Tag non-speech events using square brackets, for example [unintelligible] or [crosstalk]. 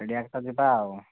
ସେଇଠି [unintelligible] ଯିବା ଆଉ